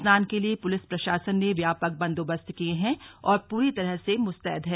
स्नान के लिए पुलिस प्रशासन ने व्यापक बंदोबस्त किये हैं और पूरी तरह से मुस्तैद है